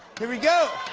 here we go.